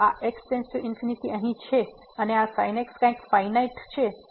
તેથી જો આ x →∞ અહીં છે અને આ sin x કંઇક ફાઈનાઈટ છે